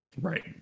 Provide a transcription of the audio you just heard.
Right